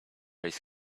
his